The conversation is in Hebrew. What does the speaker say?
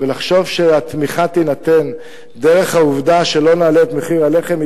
ולחשוב שהתמיכה תינתן דרך העובדה שלא נעלה את מחיר הלחם,